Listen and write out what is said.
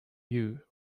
you